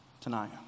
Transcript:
tonight